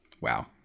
Wow